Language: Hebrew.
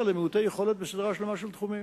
למעוטי יכולת בסדרה שלמה של תחומים.